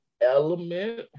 element